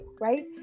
right